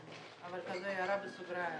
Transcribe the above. אבל הערה בסוגריים